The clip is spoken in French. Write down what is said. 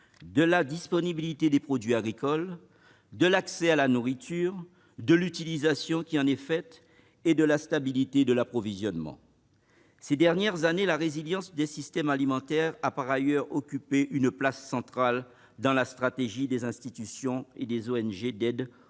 la disponibilité des produits agricoles, l'accès à la nourriture, l'utilisation qui en est faite et la stabilité de l'approvisionnement. Ces dernières années, la résilience des systèmes alimentaires a par ailleurs occupé une place centrale dans la stratégie des institutions et des ONG d'aide aux